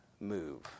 move